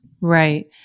Right